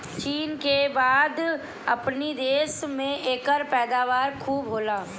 चीन के बाद अपनी देश में एकर पैदावार खूब होला